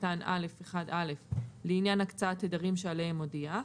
קטן (א)(1א) לעניין הקצאת תדרים שעליהם הודיע.